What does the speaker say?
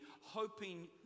hoping